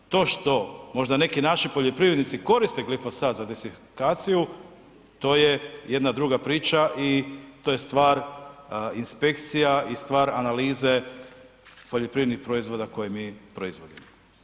To što možda neki naši poljoprivrednici koriste glifosat za desikaciju to je jedna druga priča i to je stvar inspekcija i stvar analize poljoprivrednih proizvoda koje mi proizvodimo.